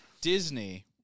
Disney